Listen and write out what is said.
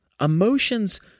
Emotions